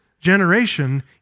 generation